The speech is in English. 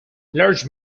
large